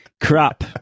Crap